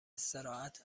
استراحت